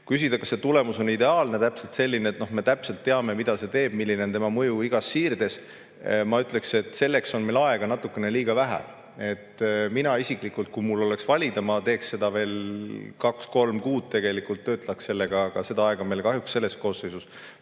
küsida, kas see tulemus on ideaalne, selline, et me täpselt teame, mida see teeb, milline on tema mõju igas siirdes – ma ütleksin, et selleks on meil aega natuke liiga vähe. Mina isiklikult, kui mul oleks valida, [viimistleksin] seda veel, kaks, kolm kuud tegelikult töötaks sellega. Aga seda aega meile kahjuks selles koosseisus